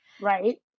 Right